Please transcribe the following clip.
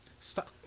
Stop